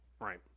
Right